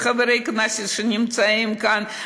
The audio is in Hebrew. חברי כנסת שנמצאים כאן,